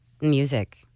music